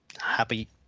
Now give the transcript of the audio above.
happy